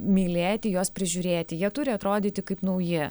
mylėti juos prižiūrėti jie turi atrodyti kaip nauji